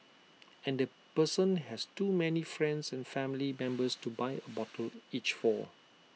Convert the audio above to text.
and the person has too many friends and family members to buy A bottle each for